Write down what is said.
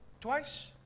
Twice